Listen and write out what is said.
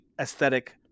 aesthetic